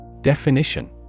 Definition